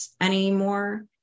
anymore